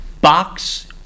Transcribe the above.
box